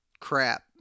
crap